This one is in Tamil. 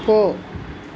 போ